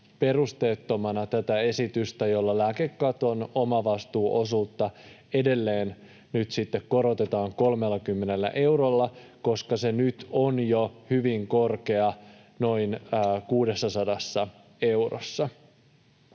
perusteettomana tätä esitystä, jolla lääkekaton omavastuuosuutta edelleen nyt sitten korotetaan 30 eurolla, koska se jo nyt on hyvin korkea, noin 600 eurossa.